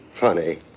Funny